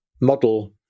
model